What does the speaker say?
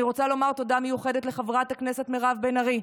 אני רוצה לומר תודה מיוחדת לחברת הכנסת מירב בן ארי,